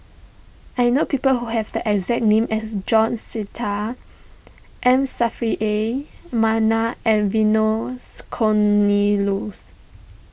I know people who have the exact name as George Sita M Saffri A Manaf and Vernon's Cornelius